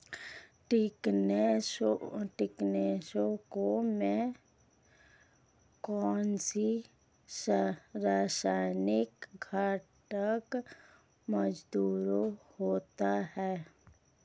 कीटनाशकों में कौनसे रासायनिक घटक मौजूद होते हैं?